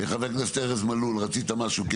חבר הכנסת ארז מלול, רצית משהו?